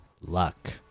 luck